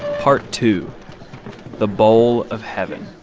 part two the bowl of heaven